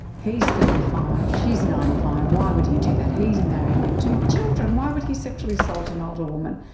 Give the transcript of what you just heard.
he's thirty five, she's ninety five, why would he do that? he's married with two children, why would he sexually assault an older woman?